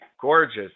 gorgeous